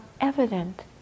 evident